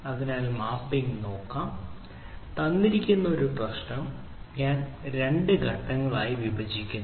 അതിനാൽ മാപ്പിംഗ് നോക്കാം തന്നിരിക്കുന്ന ഒരു പ്രശ്നം ഞാൻ രണ്ട് ഘട്ടങ്ങളായി വിഭജിക്കുന്നു